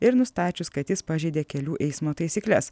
ir nustačius kad jis pažeidė kelių eismo taisykles